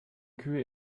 kühe